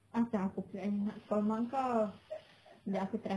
asal aku pula yang nak call mak kau jap aku try